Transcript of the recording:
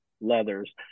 leathers